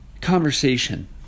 conversation